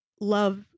love